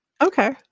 Okay